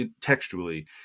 textually